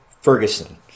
Ferguson